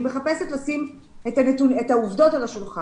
אני מחפשת לשים את העובדות על השולחן.